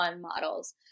models